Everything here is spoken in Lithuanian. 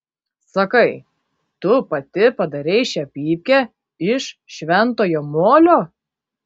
sakai tu pati padarei šią pypkę iš šventojo molio